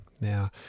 Now